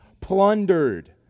plundered